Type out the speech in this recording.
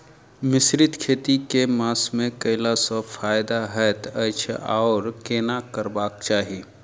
मिश्रित खेती केँ मास मे कैला सँ फायदा हएत अछि आओर केना करबाक चाहि?